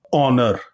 honor